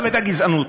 הייתה גזענות,